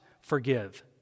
forgive